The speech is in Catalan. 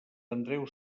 andreu